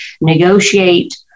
negotiate